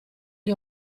gli